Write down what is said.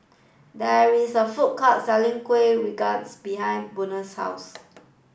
there is a food court selling Kuih Rengas behind Buena's house